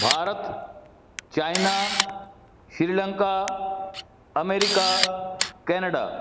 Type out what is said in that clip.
Bharat China Sri Lanka America Canada